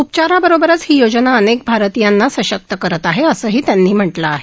उपचाराबरोबरच ही योजना अनेक भारतीयांना सशक्त करत आहे असं त्यांनी म्हटलं आहे